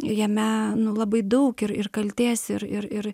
ir jame nu labai daug ir ir kaltės ir ir ir